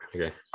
Okay